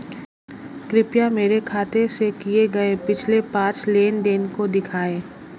कृपया मेरे खाते से किए गये पिछले पांच लेन देन को दिखाएं